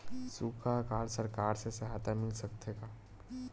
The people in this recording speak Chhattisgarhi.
सुखा अकाल सरकार से सहायता मिल सकथे का?